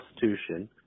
Constitution –